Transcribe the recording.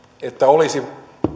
että olisi